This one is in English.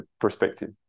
perspective